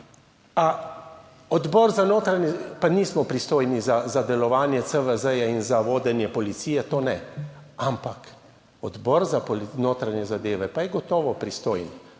odbor za notranje, pa nismo pristojni za delovanje CVZ in za vodenje policije, to ne, ampak Odbor za notranje zadeve pa je gotovo pristojen.